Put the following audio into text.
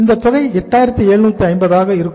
இந்த தொகை 8750 ஆக இருக்கும்